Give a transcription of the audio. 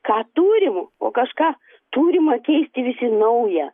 ką turim o kažką turima keisti vis į naują